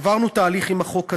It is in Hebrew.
עברנו תהליך עם החוק הזה,